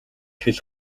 хэл